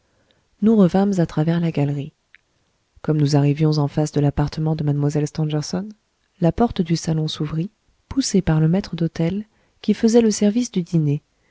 nous revînmes à travers la galerie comme nous arrivions en face de l'appartement de mlle stangerson la porte du salon s'ouvrit poussée par le maître d'hôtel qui faisait le service du dîner